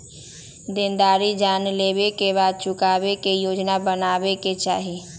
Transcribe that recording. देनदारी जाने लेवे के बाद चुकावे के योजना बनावे के चाहि